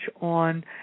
on